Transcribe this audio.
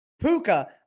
Puka